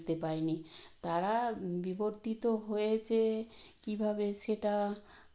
কিছু ফলটল কেটে ভোগ তৈরি করতে পারে ঠাকুরের ঠাকুরের ভোগ সবাইকে দিতে পারি